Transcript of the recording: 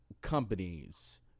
companies